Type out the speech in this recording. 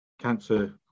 cancer